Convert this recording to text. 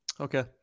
Okay